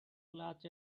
clutch